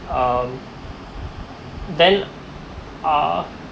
um then uh